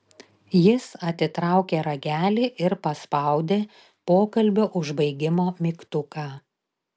jis atitraukė ragelį ir paspaudė pokalbio užbaigimo mygtuką